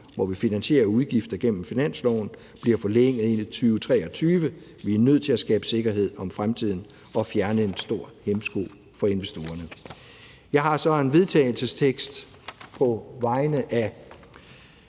hvor vi finansierer udgifter gennem finansloven, skal forlænges til 2023. Vi er nødt til at skabe sikkerhed om fremtiden og fjerne en stor hæmsko for investorerne. Jeg har så en vedtagelsestekst, som jeg skal